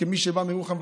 כמי שבא מירוחם,